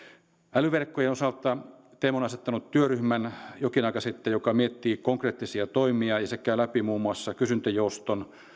älyverkkojen osalta tem on asettanut jokin aika sitten työryhmän joka miettii konkreettisia toimia ja se käy läpi muun muassa kysyntäjouston